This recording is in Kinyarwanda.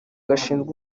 gashinzwe